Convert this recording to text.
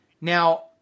Now